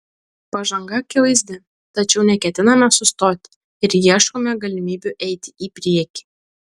pažanga akivaizdi tačiau neketiname sustoti ir ieškome galimybių eiti į priekį